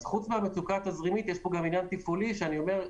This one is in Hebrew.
אז חוץ מהמצוקה התזרימית יש פה גם עניין תפעולי - כרגע